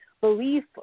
belief